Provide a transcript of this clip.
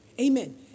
Amen